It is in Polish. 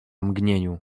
mgnieniu